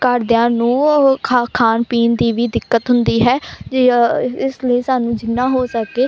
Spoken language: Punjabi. ਘਰਦਿਆਂ ਨੂੰ ਖਾ ਖਾਣ ਪੀਣ ਦੀ ਵੀ ਦਿੱਕਤ ਹੁੰਦੀ ਹੈ ਇਸ ਲਈ ਸਾਨੂੰ ਜਿੰਨਾ ਹੋ ਸਕੇ